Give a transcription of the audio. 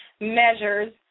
measures